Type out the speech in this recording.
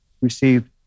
received